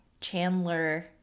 Chandler